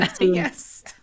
Yes